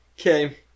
Okay